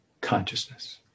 consciousness